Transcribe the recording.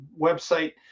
website